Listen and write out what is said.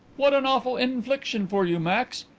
what an awful infliction for you, max.